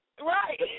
Right